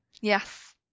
Yes